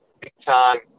big-time